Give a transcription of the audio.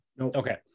Okay